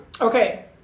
Okay